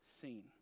seen